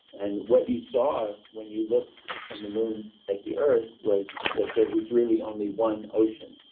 and what you saw when you looked from the moon at the earth was that there was really only one ocean.